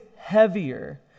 heavier